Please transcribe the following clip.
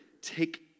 take